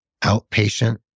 outpatient